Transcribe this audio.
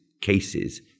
cases